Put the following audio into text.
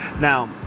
Now